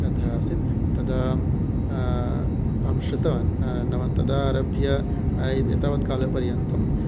जातः आसीत् तदा आम् शृतवान् नाम तदा आरभ्य एतावत्कालपर्यन्तम्